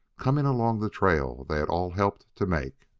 coming along the trail they had all helped to make.